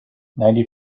ninety